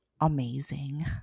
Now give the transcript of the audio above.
amazing